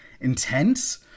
intense